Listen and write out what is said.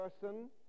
person